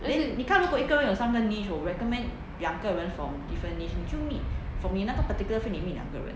但是